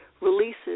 releases